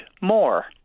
more